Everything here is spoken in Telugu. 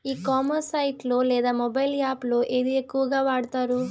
ఈ కామర్స్ సైట్ లో లేదా మొబైల్ యాప్ లో ఏది ఎక్కువగా వాడుతారు?